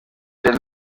jet